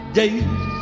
days